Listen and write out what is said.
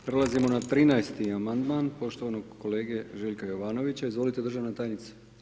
Prelazimo na 13.-ti Amandman poštovanog kolege Željka Jovanovića, izvolite državna tajnice.